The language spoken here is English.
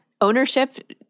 ownership